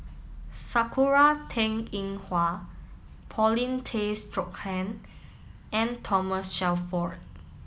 sakura Teng Ying Hua Paulin Tay Straughan and Thomas Shelford